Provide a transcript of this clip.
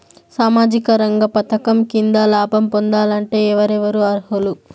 సామాజిక రంగ పథకం కింద లాభం పొందాలంటే ఎవరెవరు అర్హులు?